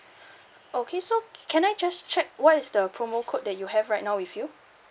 okay so can I just check what is the promo code that you have right now with you